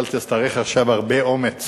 אבל תצטרך עכשיו הרבה אומץ